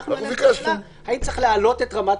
ואנחנו --- האם צריך להעלות את רמת